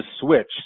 switch